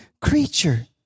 creature